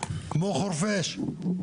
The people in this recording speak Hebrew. כמו חורפיש.